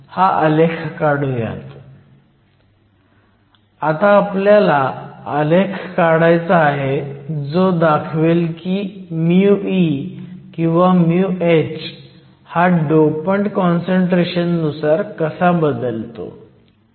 आता आपल्याला आलेख काढायचा आहे जो दाखवेल की μe किंवा μh हा डोपंट काँसंट्रेशन नुसार कसा बदलतो